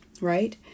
right